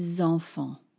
enfants